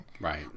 Right